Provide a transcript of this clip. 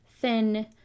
thin